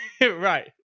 right